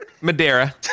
Madeira